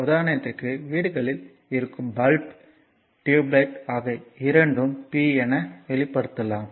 உதாரணத்திற்கு வீடுகளில் இருக்கும் பல்பு டியூப்லைட் ஆக இரண்டும் P என வெளிப்படுத்தலாம்